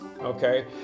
okay